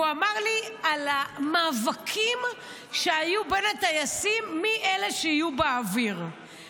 הוא אמר לי על המאבקים שהיו בין הטייסים מי אלה שיהיו באוויר,